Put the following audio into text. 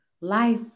life